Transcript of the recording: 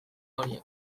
horiek